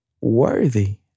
worthy